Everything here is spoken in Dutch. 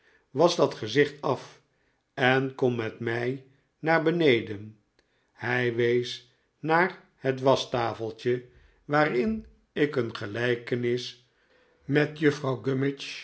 wasch dat gezicht af en kom met mij mee naar beneden hij wees naar het waschtafeltje waarin ik een gelijkenis met juffrouw